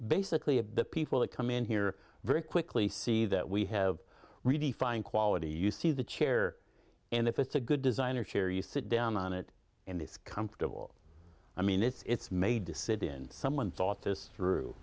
basically the people that come in here very quickly see that we have read the fine quality you see the chair and if it's a good designer chair you sit down on it and it's comfortable i mean it's made to sit in someone thought this through